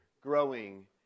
Growing